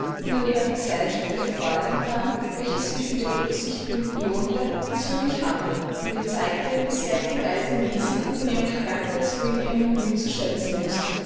und an ihrer gesellschaft eine freude empfand welche sie für die rücksichten lohnte die sie für mich hatte und ihr zeigte wie sehr ich die weise mäßigung in ihrem charakter so wie in ihrem gemüt zu schätzen wußte